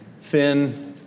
thin